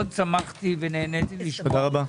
מאוד שמחתי ונהניתי לשמוע.